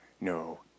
no